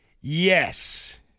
Yes